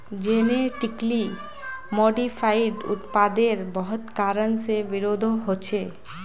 genetically modified उत्पादेर बहुत कारण से विरोधो होछे